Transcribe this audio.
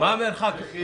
צריכים לתת שירות.